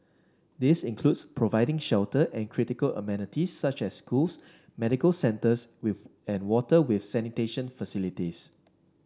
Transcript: this includes providing shelter and critical amenities such as schools medical centres with and water with sanitation facilities